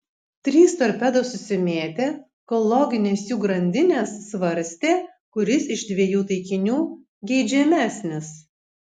trys torpedos susimėtė kol loginės jų grandinės svarstė kuris iš dviejų taikinių geidžiamesnis